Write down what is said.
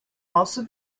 also